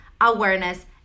awareness